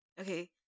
Okay